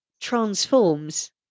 transforms